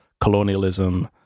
colonialism